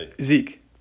Zeke